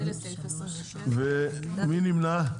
מי נמנע?